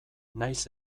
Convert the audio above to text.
nahiz